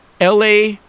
LA